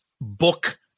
book